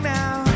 now